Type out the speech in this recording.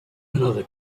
another